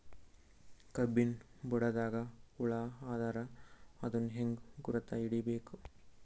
ಕಬ್ಬಿನ್ ಬುಡದಾಗ ಹುಳ ಆದರ ಅದನ್ ಹೆಂಗ್ ಗುರುತ ಹಿಡಿಬೇಕ?